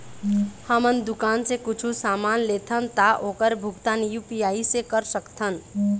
हमन दुकान से कुछू समान लेथन ता ओकर भुगतान यू.पी.आई से कर सकथन?